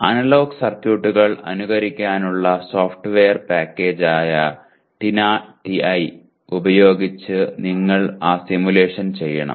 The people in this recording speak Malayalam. അനലോഗ് സർക്യൂട്ടുകൾ അനുകരിക്കാനുള്ള സോഫ്റ്റ്വെയർ പാക്കേജായ ടിന ടിഐ ഉപയോഗിച്ച് നിങ്ങൾ ആ സിമുലേഷൻ ചെയ്യണം